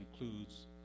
includes